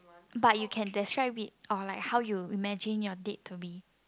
but you can that's why we or how you imagine your date to be